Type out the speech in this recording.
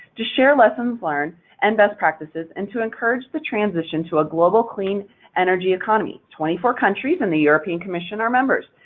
to share lessons learned and best practices, and to encourage the transition to a global clean energy economy. twenty-four countries in the european commission are members,